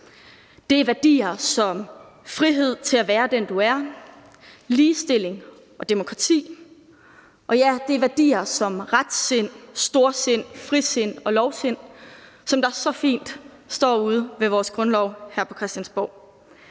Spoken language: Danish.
det er værdier som frihed til at være den, du er; det er ligestilling og demokrati; og det er værdier som retsind, storsind, frisind og lovsind, som det så fint står ude ved vores grundlov her på Christiansborg.